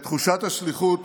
את תחושת השליחות